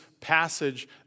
passage